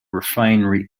refinery